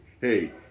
hey